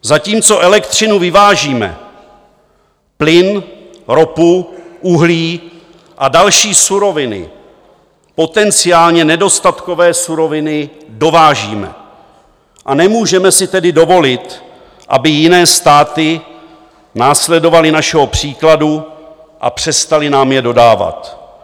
Zatímco elektřinu vyvážíme, plyn, ropu, uhlí a další suroviny, potenciálně nedostatkové suroviny, dovážíme, a nemůžeme si tedy dovolit, aby jiné státy následovaly našeho příkladu a přestaly nám je dodávat.